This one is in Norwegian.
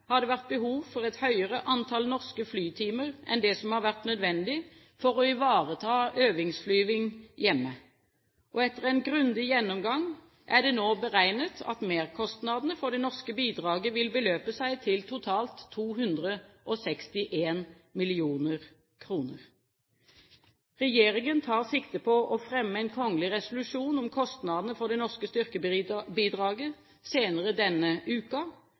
har det vært behov for et høyere antall norske flytimer enn det som ville være nødvendig for å ivareta øvingsflyvning hjemme. Etter en grundig gjennomgang er det nå beregnet at merkostnadene for det norske bidraget vil beløpe seg til totalt 261 mill. kr. Regjeringen tar sikte på å fremme en kongelig resolusjon om kostnadene for det norske styrkebidraget senere denne